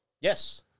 yes